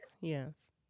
Yes